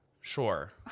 Sure